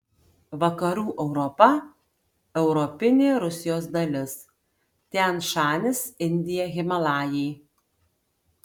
vakarų europa europinė rusijos dalis tian šanis indija himalajai